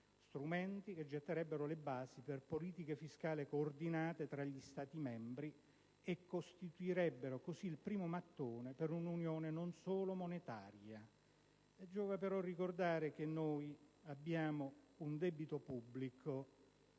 strumenti che getterebbero le basi per politiche fiscali coordinate tra gli Stati membri, e costituirebbero così il primo mattone per un'Unione non solo monetaria. Giova però ricordare che abbiamo, secondo gli